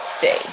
day